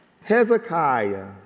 Hezekiah